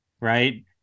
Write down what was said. right